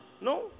No